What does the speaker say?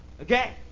Okay